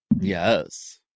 yes